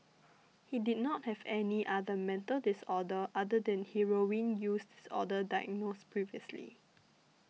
he did not have any other mental disorder other than heroin use disorder diagnosed previously